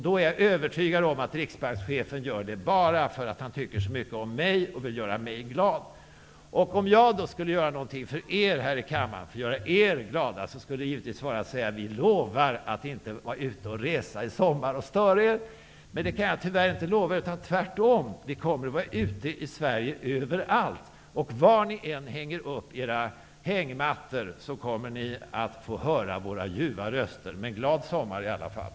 Då är jag övertygad om att Riksbankschefen gör det bara för att han tycker så mycket om mig och vill göra mig glad. Om jag skulle göra någonting för att göra er här i kammaren glada, skulle det givetvis vara att säga: Vi lovar att inte vara ute och resa i sommar och störa er. Det kan jag tyvärr inte lova. Tvärtom, vi kommer att vara ute överallt i Sverige. Var ni än hänger upp era hängmattor kommer ni att få höra våra ljuva röster. Glad sommar i alla fall!